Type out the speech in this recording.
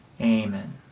Amen